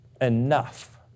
enough